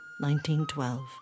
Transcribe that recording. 1912